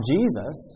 Jesus